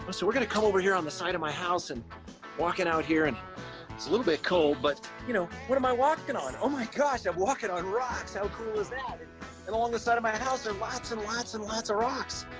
but so we're gonna come over here on the side of my house and walking out here and it's a little bit cold, but you know what am i walking on? oh my gosh, i'm walking on rocks. how cool is that? and and along the side of my house, there are lots and lots and lots of rocks.